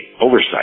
oversight